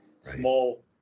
small